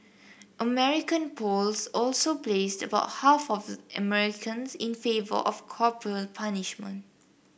American polls also placed about half of Americans in favour of corporal punishment